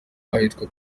ahitwa